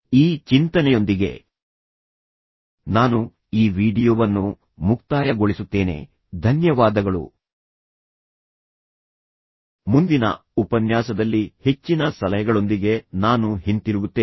ಈ ಚಿಂತನೆಯೊಂದಿಗೆ ನಾನು ಈ ವೀಡಿಯೊವನ್ನು ಮುಕ್ತಾಯಗೊಳಿಸುತ್ತೇನೆ ಧನ್ಯವಾದಗಳು ಮುಂದಿನ ಉಪನ್ಯಾಸದಲ್ಲಿ ಹೆಚ್ಚಿನ ಸಲಹೆಗಳೊಂದಿಗೆ ನಾನು ಹಿಂತಿರುಗುತ್ತೇನೆ